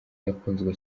yakunzwe